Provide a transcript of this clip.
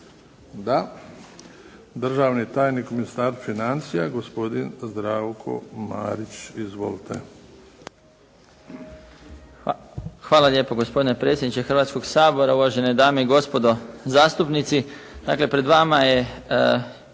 Da. Državni tajnik u Ministarstvu financija gospodin Zdravko Marić. Izvolite. **Marić, Zdravko** Hvala lijepo gospodine predsjedniče Hrvatskog sabora, uvažene dame i gospodo zastupnici. Dakle, pred vama je